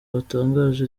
batangaje